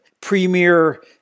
premier